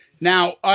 Now